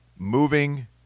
moving